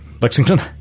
Lexington